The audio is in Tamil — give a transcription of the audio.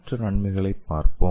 மற்ற நன்மைகளைப் பார்ப்போம்